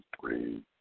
three